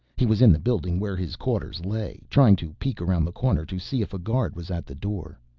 he was in the building where his quarters lay, trying to peek around the corner to see if a guard was at the door.